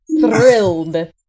thrilled